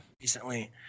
Recently